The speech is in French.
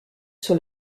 sur